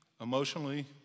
emotionally